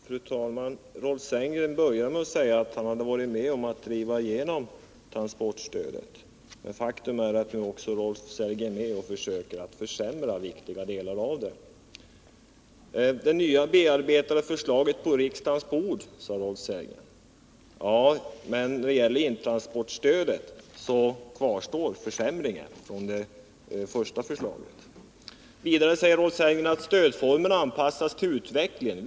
Fru talman! Rolf Sellgren började med att säga att han hade varit med om att driva igenom transportstödet. Faktum är att Rolf Sellgren nu också är med och försöker försämra viktiga delar av det. Det nya bearbetade förslaget som lagts på riksdagens bord talade Rolf Sellgren om. Men när det gäller intransportstödet kvarstår försämringen från det första förslaget. Vidare säger Rolf Sellgren att stödets omfattning anpassas till utvecklingen.